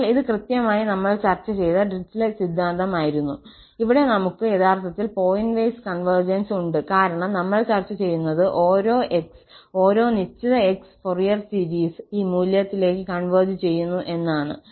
അതിനാൽ ഇത് കൃത്യമായി നമ്മൾ ചർച്ച ചെയ്ത ഡിറിച്ലെറ്റ് സിദ്ധാന്തം ആയിരുന്നു അവിടെ നമ്മൾക്ക് യഥാർത്ഥത്തിൽ പോയിന്റ് വൈസ് കോൺവെർജൻസ് ഉണ്ട് കാരണം നമ്മൾ ചർച്ച ചെയ്യുന്നത് ഓരോ 𝑥 ഓരോ നിശ്ചിത x ഫൊറിയർ സീരീസ് ഈ മൂല്യത്തിലേക്ക് കോൺവെർജ് ചെയ്യുന്നു എന്നാണ്